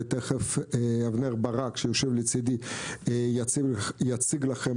ותכף אבנר ברק שיושב לצידי יציג לכם